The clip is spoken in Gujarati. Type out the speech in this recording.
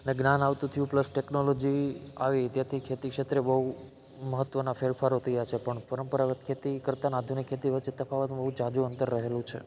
જ્ઞાન આવતું થયું પ્લસ ટેકનોલોજી આવી ત્યારથી ખેતી ક્ષેત્રે બહુ મહત્વના ફેરફારો થયા છે પણ પરંપરાગત ખેતી કરતા અને આધુનિક ખેતી વચ્ચે તફાવતમાં બહુ ઝાઝું અંતર રહેલું છે